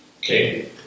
Okay